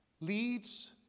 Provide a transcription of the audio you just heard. leads